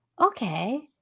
Okay